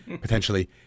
potentially